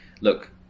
Look